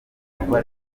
bikorwa